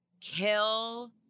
kill